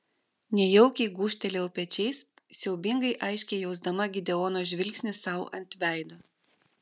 nejaukiai gūžtelėjau pečiais siaubingai aiškiai jausdama gideono žvilgsnį sau ant veido